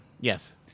Yes